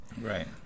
Right